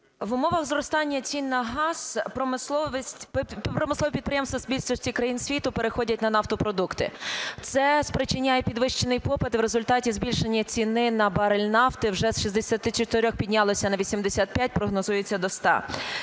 В умовах зростання цін на газ промислові підприємства в більшості країн світу переходять на нафтопродукти. Це спричиняє підвищений попит і в результаті збільшення ціни на барель нафти, вже з 64 піднялося на 85, прогнозується до 100.